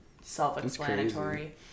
self-explanatory